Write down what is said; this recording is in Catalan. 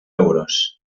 euros